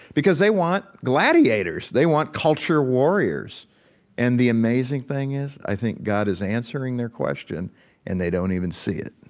because they want gladiators. they want culture warriors and the amazing thing is i think god is answering their question and they don't even see it